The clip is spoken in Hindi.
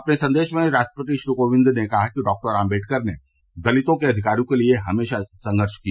अपने संदेश में राष्ट्रपति श्री कोविंद ने कहा कि डॉक्टर आम्बेडकर ने दलितों के अधिकारों के लिए हमेशा संघर्ष किया